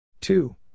Two